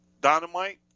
Dynamite